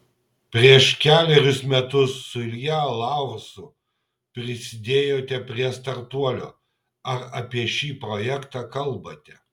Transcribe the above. prieš kelerius metus su ilja laursu prisidėjote prie startuolio ar apie šį projektą kalbate